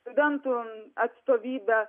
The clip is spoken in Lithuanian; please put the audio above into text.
studentų atstovybė